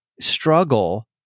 struggle